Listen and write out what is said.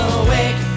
awake